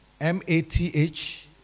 M-A-T-H